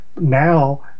Now